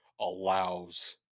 allows